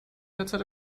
derzeit